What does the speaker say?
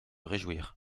réjouir